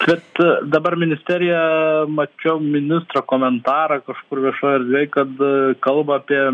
kad dabar ministerija mačiau ministro komentarą kažkur viešoje erdvėj kad kalba apie